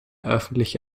öffentliche